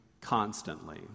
constantly